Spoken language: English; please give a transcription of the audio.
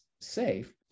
safe